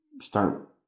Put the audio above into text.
start